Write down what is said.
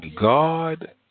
God